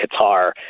Qatar